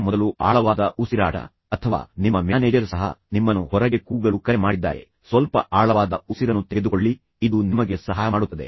ಆದ್ದರಿಂದ ಈ ಆಳವಾದ ಉಸಿರಾಟ ಅಥವಾ ನಿಮ್ಮ ಮ್ಯಾನೇಜರ್ ಸಹ ನಿಮ್ಮನ್ನು ಹೊರಗೆ ಕೂಗಲು ಕರೆ ಮಾಡಿದ್ದಾರೆ ಸ್ವಲ್ಪ ಆಳವಾದ ಉಸಿರನ್ನು ತೆಗೆದುಕೊಳ್ಳಿ ಇದು ನಿಮಗೆ ಸಹಾಯ ಮಾಡುತ್ತದೆ